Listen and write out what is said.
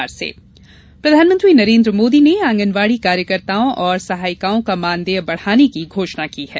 मोदी संवाद प्रधानमंत्री नरेन्द्र मोदी ने आंगनवाड़ी कार्यकर्ताओं और सहायिकाओं का मानदेय बढ़ाने की घोषणा की है